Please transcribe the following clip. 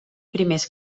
primers